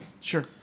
Sure